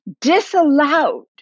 disallowed